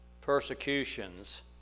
persecutions